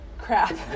crap